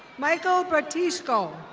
michael brotisko.